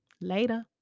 later